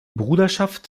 bruderschaft